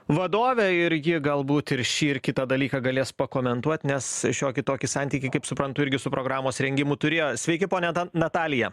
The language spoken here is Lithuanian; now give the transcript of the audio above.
vadovė ir ji galbūt ir šį ir kitą dalyką galės pakomentuot nes šiokį tokį santykį kaip suprantu irgi su programos rengimu turėjo sveiki ponia natalija